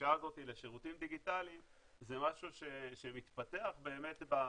והדרישה הזאת לשירותים דיגיטליים זה משהו שמתפתח יותר,